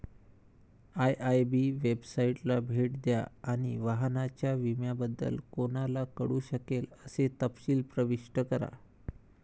IIB वेबसाइटला भेट द्या आणि वाहनाच्या विम्याबद्दल कोणाला कळू शकेल असे तपशील प्रविष्ट करा